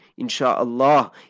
Insha'Allah